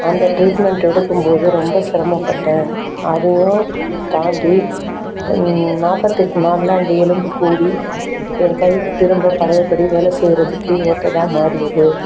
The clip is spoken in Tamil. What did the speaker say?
அந்த ட்ரீட்மெண்ட் எடுக்கும் போது ரொம்ப சிரமப்பட்டேன் அதையும் தாண்டி நாற்பத்து எட்டு நாளில் அந்த எலும்பு கூடி என் கை திரும்ப பழையப்படி வேலை செய்கிறதுக்கு ஏற்றதாக மாறியது